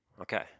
Okay